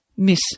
Miss